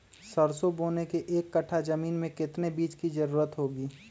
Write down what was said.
सरसो बोने के एक कट्ठा जमीन में कितने बीज की जरूरत होंगी?